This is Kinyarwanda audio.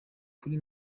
kuri